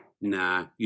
nah